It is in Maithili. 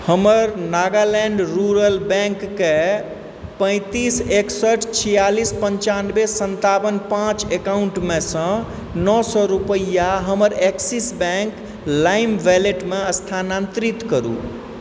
हमर नागालैंड रूरल बैंकके पैंतीस एकसठि छिआलिस पन्चानबे सताबन पाँच एकाउन्टमे सँ नओ सए रुपैआ हमर एक्सिस बैंक लाइम वैलेटमे स्थानांतरित करू